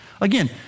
Again